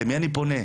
למי אני פונה?